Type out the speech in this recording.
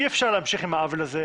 אי אפשר להמשיך עם העוול הזה.